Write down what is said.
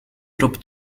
erop